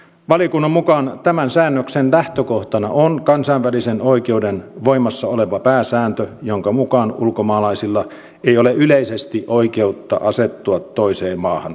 valiokunnan mukaan tämän säännöksen lähtökohtana on kansainvälisen oikeuden voimassa oleva pääsääntö jonka mukaan ulkomaalaisilla ei ole yleisesti oikeutta asettua toiseen maahan